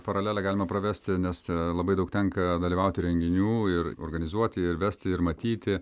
paralelę galima pravesti nes labai daug tenka dalyvauti renginių ir organizuoti ir vesti ir matyti